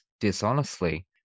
dishonestly